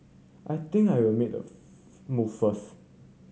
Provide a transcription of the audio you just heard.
I think I will made of move first